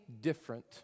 different